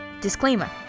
Disclaimer